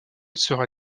sera